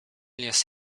jest